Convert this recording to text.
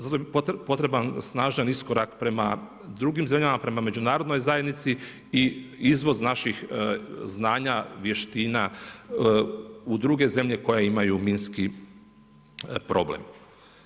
Zato je potreban snažan iskorak prema drugim zemljama, prema međunarodnoj zajednici i izvoz naših znanja, vještina u druge zemlje koje imaju minski problem.